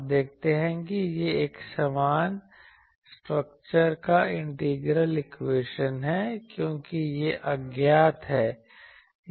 आप देखते हैं कि यह एक समान स्ट्रक्चर का इंटीग्रल इक्वेशन है क्योंकि यह अज्ञात है